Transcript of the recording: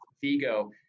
Vigo